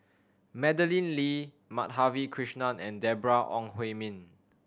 Madeleine Lee Madhavi Krishnan and Deborah Ong Hui Min